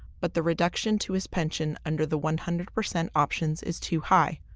but the reduction to his pension under the one hundred percent options is too high.